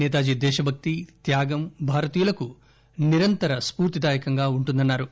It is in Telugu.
నేతాజీ దేశభక్తి త్యాగం భారతీయులకు నిరంతర స్పూర్తిదాయకంగా ఉంటుందన్నా రు